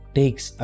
takes